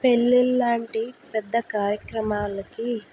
పెళ్లిల్లాంటి పెద్ద కార్యక్రమాలకి